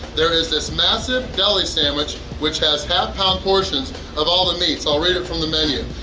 there is this massive deli sandwich which has half pound portions of all the meats i'll read it from the menu.